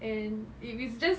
and it is just